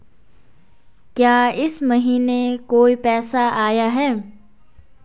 क्या इस महीने कोई पैसा आया है?